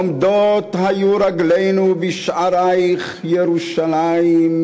עמדות היו רגלינו בשעריך ירושלם.